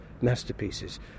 masterpieces